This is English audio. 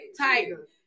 Tiger